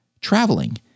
traveling